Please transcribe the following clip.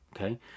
okay